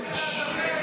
זה מכובד.